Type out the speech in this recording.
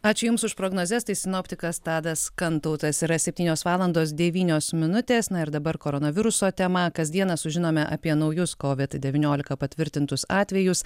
ačiū jums už prognozes tai sinoptikas tadas kantautas yra septynios valandos devynios minutės na ir dabar koronaviruso tema kasdieną sužinome apie naujus kovid devyniolika patvirtintus atvejus